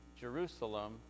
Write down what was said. Jerusalem